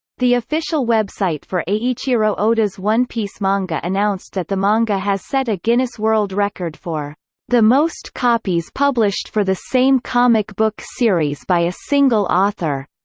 the official website for eiichiro oda's one piece manga announced that the manga has set a guinness world record for the most copies published for the same comic book series by a single author.